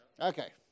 Okay